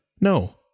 no